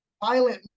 violent